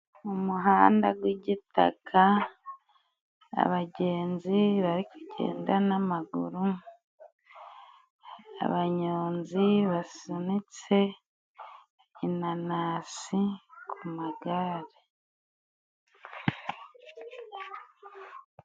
Mu muhanda w' igitaka abagenzi bari kugenda n'amaguru, abanyonzi basunitse inanasi ku magare.